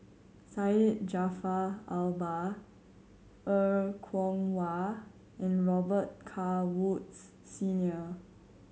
Syed Jaafar Albar Er Kwong Wah and Robet Carr Woods Senior